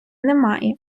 немає